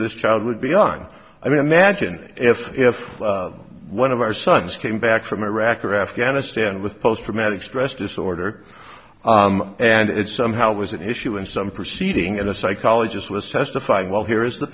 this child would be on i mean magine if if one of our sons came back from iraq or afghanistan with post traumatic stress disorder and it somehow was an issue in some proceeding and a psychologist was testifying well here is the